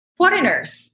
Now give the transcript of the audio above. foreigners